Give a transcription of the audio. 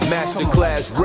Masterclass